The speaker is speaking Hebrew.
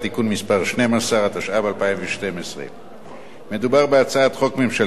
מס' 12). אדוני יושב-ראש ועדת החוקה,